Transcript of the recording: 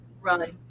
run